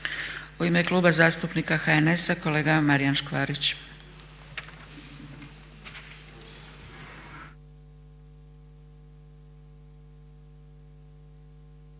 U ime Kluba zastupnika HSU-a kolegica Marija Ilić.